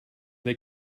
they